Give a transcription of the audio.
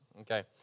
Okay